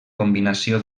combinació